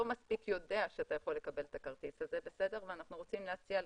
מספיק יודע שאתה יכול לקבל את הכרטיס הזה ואנחנו רוצים להציע לך.